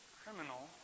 criminal